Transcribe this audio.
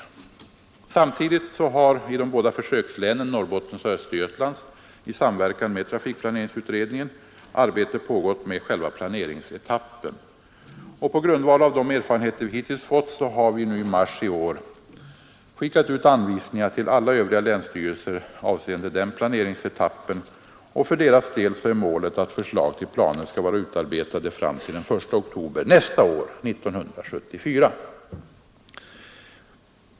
Samtidigt har i de båda försökslänen — alltså Norrbottens och Östergötlands län — i samverkan med trafikplaneringsutredningen arbete pågått med själva planeringsetappen. På grundval av de erfarenheter vi hittills fått har vi så i mars i år skickat ut anvisningar till alla övriga länsstyrelser, avseende den planeringsetappen, och för deras del angett målet att förslag till planer skall vara utarbetade till den 1 oktober 1974.